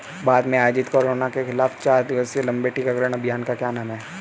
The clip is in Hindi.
भारत में आयोजित कोरोना के खिलाफ चार दिवसीय लंबे टीकाकरण अभियान का क्या नाम है?